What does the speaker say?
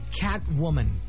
Catwoman